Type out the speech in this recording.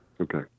Okay